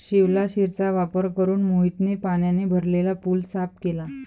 शिवलाशिरचा वापर करून मोहितने पाण्याने भरलेला पूल साफ केला